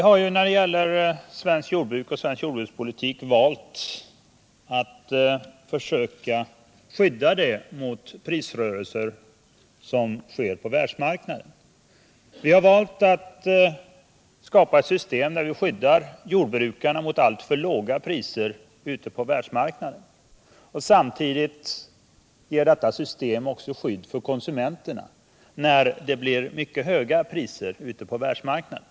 Herr talman! Vi har i vår jordbrukspolitik försökt skydda svenskt jordbruk mot prisrörelser som sker på världsmarknaden. Vi har valt att skapa ett system där vi skyddar jordbrukarna mot alltför låga priser på världsmarknaden. Samtidigt ger detta system också skydd för konsumenterna när det blir mycket höga priser på världsmarknaden.